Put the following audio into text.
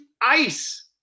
ice